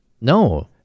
No